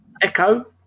Echo